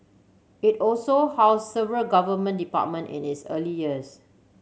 it also housed several Government department in its early years